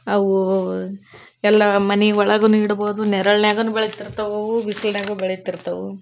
ಅವು ಎಲ್ಲ ಮನೆ ಒಳಗು ಇಡ್ಬೋದು ನೆರಳಿನ್ಯಾಗು ಬೆಳಿತಿರ್ತವೆ ಅವು ಬಿಸಿಲಿನ್ಯಾಗು ಬೆಳಿತಿರ್ತವೆ ಅವು